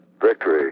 victory